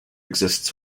exists